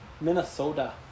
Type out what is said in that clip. Minnesota